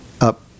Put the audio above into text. up